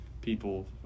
people